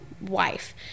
wife